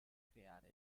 creare